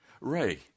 Ray